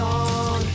on